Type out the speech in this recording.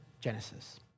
Genesis